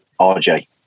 RJ